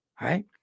right